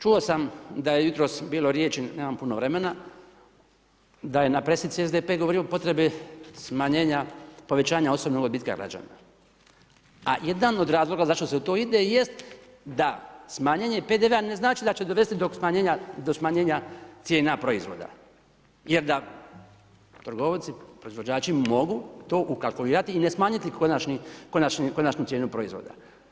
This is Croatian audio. Čuo sam da je jutros bilo riječi, nemam puno vremena, da je na pressici SDP govorio potrebe smanjenja, povećanja osobnog odbitka građana, a jedan od razloga zašto se u to ide jest da smanjenje PDV-a ne znači da će dovesti do smanjenja cijena proizvoda jer da trgovci, proizvođači mogu to ukalkulirati i ne smanjiti konačnu cijenu proizvoda.